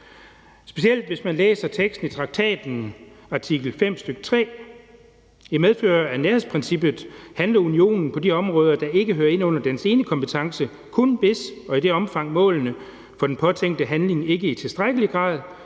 pecielt, hvis man læser teksten i traktaten, artikel fem, stk. 3: »I medfør af nærhedsprincippet handler Unionen på de områder, der ikke hører ind under dens enekompetence, kun hvis og i det omfang målene for den påtænkte handling ikke i tilstrækkelig grad